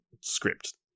script